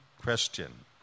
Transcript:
question